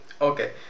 Okay